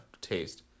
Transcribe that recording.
taste